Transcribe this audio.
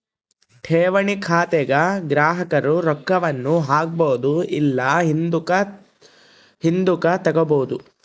ಠೇವಣಿ ಖಾತೆಗ ಗ್ರಾಹಕರು ರೊಕ್ಕವನ್ನ ಹಾಕ್ಬೊದು ಇಲ್ಲ ಹಿಂದುಕತಗಬೊದು